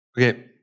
Okay